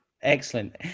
Excellent